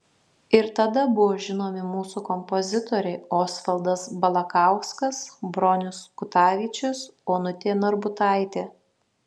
ir tada buvo žinomi mūsų kompozitoriai osvaldas balakauskas bronius kutavičius onutė narbutaitė